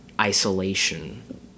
isolation